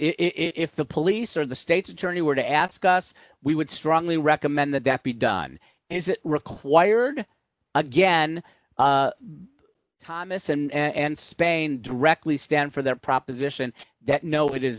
if the police or the state's attorney were to ask us we would strongly recommend that that be done and required again thomas and spain directly stand for their proposition that no it is